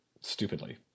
stupidly